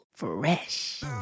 fresh